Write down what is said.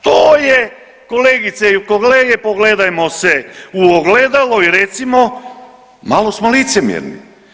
To je kolegice i kolege pogledajmo se u ogledalo i recimo malo smo licemjerni.